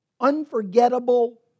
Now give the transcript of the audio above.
unforgettable